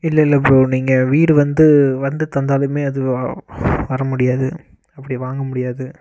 இல்லை இல்லை ப்ரோ நீங்கள் வீடு வந்து வந்து தந்தாலும் அது வ வர முடியாது அப்படி வாங்க முடியாது